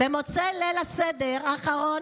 במוצאי ליל הסדר האחרון,